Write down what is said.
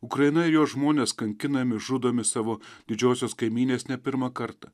ukraina ir jos žmonės kankinami žudomi savo didžiosios kaimynės ne pirmą kartą